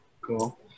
cool